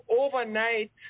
overnight